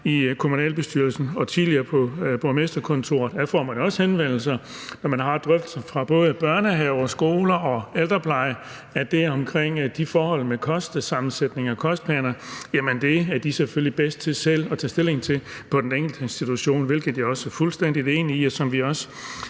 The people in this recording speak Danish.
i kommunalbestyrelsen og tidligere på borgmesterkontoret – der får man også henvendelser, og man har drøftelser vedrørende både børnehaver, skoler, ældreplejen, om forholdene omkring kostsammensætning og kostplaner – at det er de selvfølgelig selv de bedste til at tage stilling til på den enkelte institution, hvilket jeg er fuldstændig enig i, og hvilket vi også